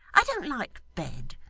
i don't like bed.